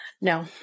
No